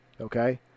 Okay